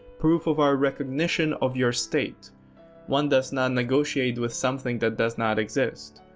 proof of our recognition of your state one does not negotiate with something that does not exist.